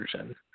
version